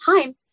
time